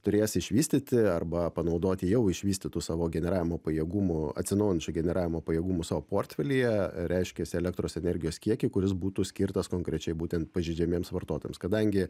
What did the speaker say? turės išvystyti arba panaudoti jau išvystytų savo generavimo pajėgumų atsinaujinančių generavimo pajėgumų savo portfelyje reiškiasi elektros energijos kiekį kuris būtų skirtas konkrečiai būtent pažeidžiamiems vartotojams kadangi